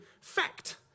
fact